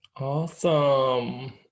Awesome